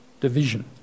division